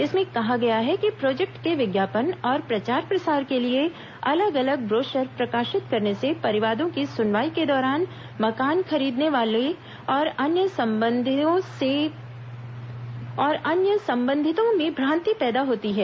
इसमें कहा गया है कि प्रोजेक्ट के विज्ञापन और प्रचार प्रसार के लिए अलग अलग ब्रोशर प्रकाशित करने से परिवादों की सुनवाई के दौरान मकान खरीदने वालों और अन्य संबंधितों में भ्रांति पैदा होती है